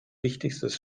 wichtigstes